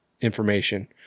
information